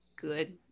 good